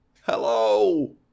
Hello